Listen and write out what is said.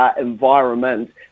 environment